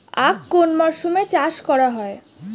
আখ কোন মরশুমে চাষ করা হয়?